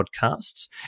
Podcasts